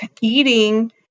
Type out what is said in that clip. eating